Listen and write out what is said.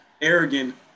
arrogant